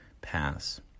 pass